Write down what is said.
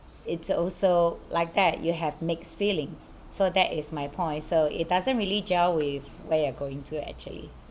it's also like that you have mixed feelings so that is my point so it doesn't really gel with where you're going to actually